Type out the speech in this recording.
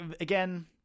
again